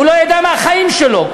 הוא לא ידע כלום מהחיים שלו.